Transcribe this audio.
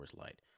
Light